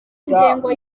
ingengo